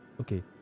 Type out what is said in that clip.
Okay